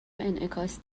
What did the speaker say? انعکاس